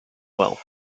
well